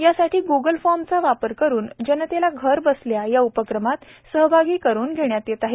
यासाठी ग्गल फॉर्मचा वापर करून जनतेला घर बसल्या या उपक्रमात सहभागी करून घेण्यात येत आहे